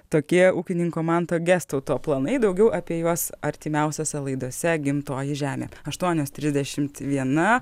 tokie ūkininko manto gestauto planai daugiau apie juos artimiausiose laidose gimtoji žemė aštuonios trisdešim viena